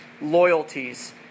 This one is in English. loyalties